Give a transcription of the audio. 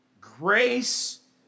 grace